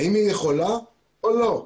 האם היא יכולה או לא.